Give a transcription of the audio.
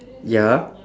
ya